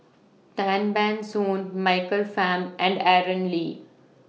Tan Ban Soon Michael Fam and Aaron Lee